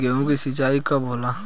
गेहूं के सिंचाई कब होला?